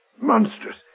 Monstrous